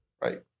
Right